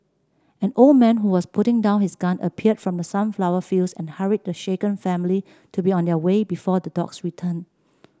an old man who was putting down his gun appeared from the sunflower fields and hurried the shaken family to be on their way before the dogs return